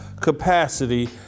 capacity